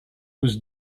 was